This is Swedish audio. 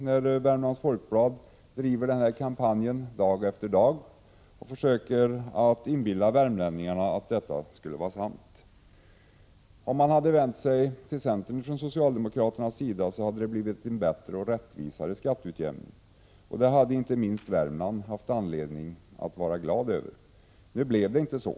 Värmlands Folkblad driver en kampanj dag efter dag där man försöker inbilla värmlänningarna att detta skulle vara sant. Om socialdemokraterna hade vänt sig till centern hade det blivit en bättre och rättvisare skatteutjämning. Inte minst i Värmland hade man haft anledning att vara glad över det. Nu blev det inte så.